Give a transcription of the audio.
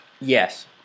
Yes